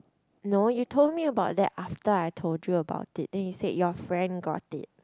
no you told me about that after I told you about it then you said your friend got it